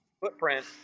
footprint